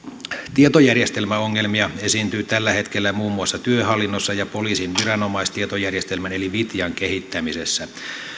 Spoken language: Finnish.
tietojärjestelmäongelmia esiintyy tällä hetkellä muun muassa työhallinnossa ja poliisin viranomaistietojärjestelmän eli vitjan kehittämisessä